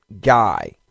guy